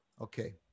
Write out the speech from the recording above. Okay